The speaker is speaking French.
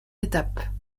étapes